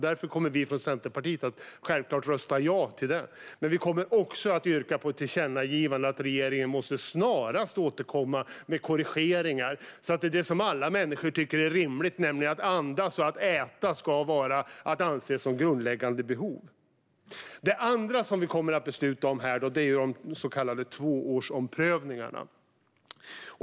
Därför kommer vi från Centerpartiet självklart att rösta ja till detta, men vi kommer också att yrka på ett tillkännagivande om att regeringen snarast måste återkomma med korrigeringar så att det som alla människor tycker är rimligt, nämligen att andas och att äta, ska anses som grundläggande behov. Det andra som vi här kommer att besluta om är de så kallade tvåårsomprövningarna.